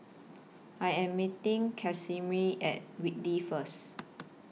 I Am meeting Casimir At Whitley First